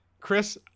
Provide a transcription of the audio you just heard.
Chris